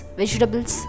vegetables